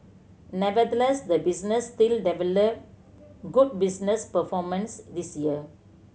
nevertheless the business still delivered good business performance this year